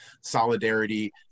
solidarity